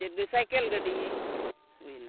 ᱪᱮᱫ ᱥᱟᱭᱠᱮᱞ ᱜᱟᱹᱰᱤ ᱦᱩᱭᱱᱟ